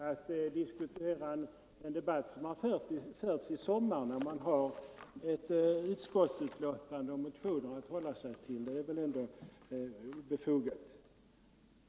Att diskutera den debatt som har förts i sommar när man har ett utskottsbetänkande och motioner att hålla sig till är både obefogat och vilseledande.